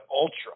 Ultra